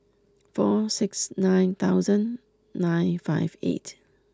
four six nine thousand nine five eight